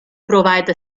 provide